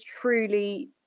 truly